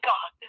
God